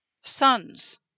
sons